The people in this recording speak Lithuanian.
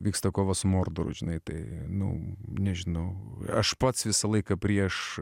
vyksta kova su mordoru žinai tai nu nežinau aš pats visą laiką prieš